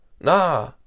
Nah